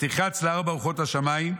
"ותחץ לארבע רוחות השמיים"